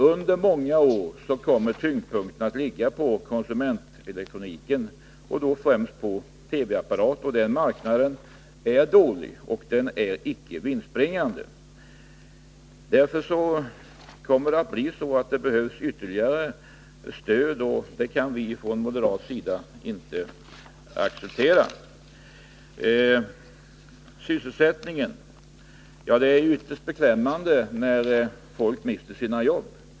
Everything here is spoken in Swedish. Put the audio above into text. Under många år kommer tyngdpunkten att ligga på konsumentelektroniken, främst TV-apparater, och den marknaden är dålig och inte vinstbringande. Därför kommer det att behövas ytterligare stöd, och det kan vi ifrån moderat håll inte acceptera. Beträffande sysselsättningen vill jag säga att det är ytterst beklämmande när folk mister sina jobb.